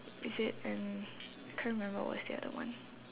is it and I can't remember what's the other one